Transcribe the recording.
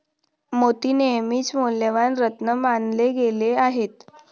मोती नेहमीच मौल्यवान रत्न मानले गेले आहेत